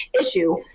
issue